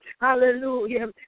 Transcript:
hallelujah